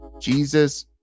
Jesus